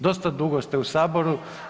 Dosta dugo ste u Saboru.